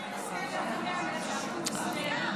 בוא ננסה להגיע לאיזשהו הסדר,